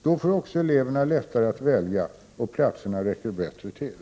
Då får också eleverna lättare att välja och platserna räcker bättre till.